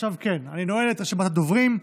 אני נועל את רשימת הדוברים.